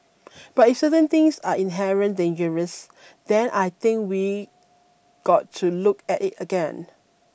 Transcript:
but if certain things are inherent dangerous then I think we got to look at it again